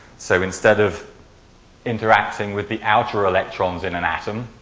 so, instead of interacting with the out electrons in an atom,